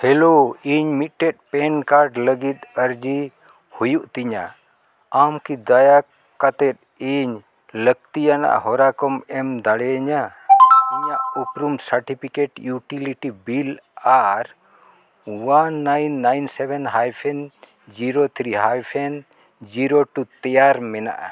hello ᱤᱧ ᱢᱤᱫᱴᱮᱡ PAN card ᱞᱟᱹᱜᱤᱫ ᱟᱹᱨᱡᱤ ᱦᱩᱭᱩᱜ ᱛᱤᱧᱟ ᱟᱢ ᱠᱤ ᱫᱟᱭᱟ ᱠᱟᱛᱮᱫ ᱤᱧ ᱞᱟᱹᱠᱛᱤᱭᱟᱱᱟᱜ ᱦᱚᱨᱟ ᱠᱚᱢ ᱮᱢ ᱫᱟᱲᱮᱭᱟᱹᱧᱟ ᱤᱧᱟᱹᱜ ᱩᱯᱨᱩᱢ ᱥᱟᱨᱴᱤᱯᱷᱤᱠᱮᱴ ᱤᱭᱩᱴᱤᱞᱤᱴᱤ ᱵᱤᱞ ᱟᱨ one nine nine seven hyphen zero three hyphen zero two ᱛᱮᱭᱟᱨ ᱢᱮᱱᱟᱜᱼᱟ